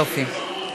יופי.